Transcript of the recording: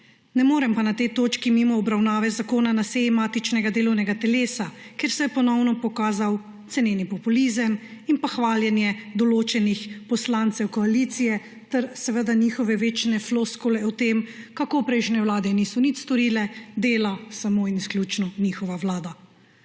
Ne morem pa na tej točki mimo obravnave zakona na seji matičnega delovnega telesa, kjer so se ponovno pokazali ceneni populizem in hvaljenje odločenih poslancev koalicije ter seveda njihove večne floskule o tem, kako prejšnji vlade niso nič storile, dela samo in izključno njihova vlada.